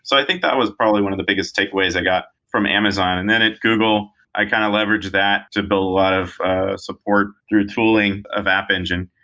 so i think that was probably one of the biggest takeaways i got from amazon. and then at google, i kind of leverage that to build a lot of ah support through tooling of app engine.